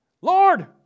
Lord